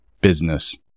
Business